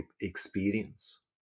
experience